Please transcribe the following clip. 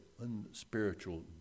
unspiritual